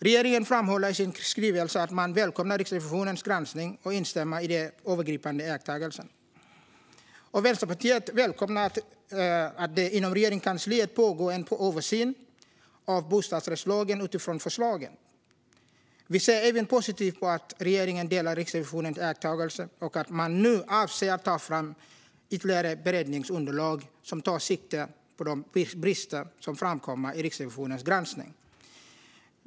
Regeringen framhåller i sin skrivelse att man välkomnar Riksrevisionens granskning och instämmer i de övergripande iakttagelserna. Vänsterpartiet välkomnar att det inom Regeringskansliet pågår en översyn av bostadsrättslagen utifrån förslagen. Vi ser även positivt på att regeringen delar Riksrevisionens iakttagelser och att man nu avser att ta fram ytterligare beredningsunderlag som tar sikte på de brister som framkommer i Riksrevisionens granskning.